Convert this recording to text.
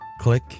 Click